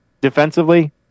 defensively